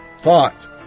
thought